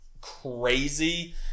crazy